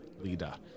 leader